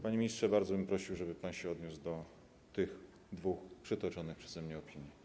Panie ministrze, bardzo bym prosił, żeby odniósł się pan do tych dwóch przytoczonych przeze mnie opinii.